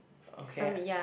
okay